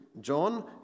John